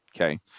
okay